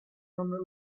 non